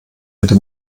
bitte